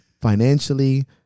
financially